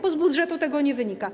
Bo z budżetu to nie wynika.